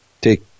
take